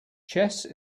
chess